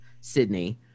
Sydney